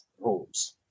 rules